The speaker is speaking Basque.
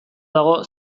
dago